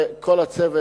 וכל הצוות,